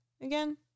again